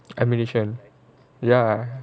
ammunition ya